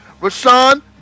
Rashawn